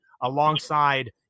alongside